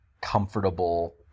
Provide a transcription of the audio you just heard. comfortable